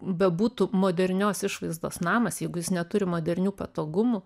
bebūtų modernios išvaizdos namas jeigu jis neturi modernių patogumų